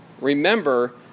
Remember